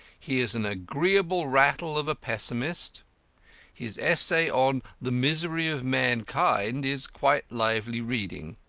he is an agreeable rattle of a pessimist his essay on the misery of mankind is quite lively reading.